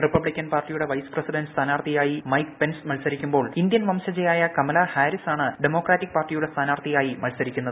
Republican പാർട്ടിയുടെ vice president സ്ഥാനാർഥിയായി Mike Pence മത്സരിക്കുമ്പോൾ ഇന്ത്യൻ വംശജയായ കമലാ ഹാരിസാണ് ഡെമോക്രാറ്റിക്ക് പാർട്ടിയുടെ സ്ഥാനാർഥിയായി മത്സരിക്കുന്നത്